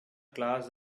class